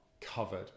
covered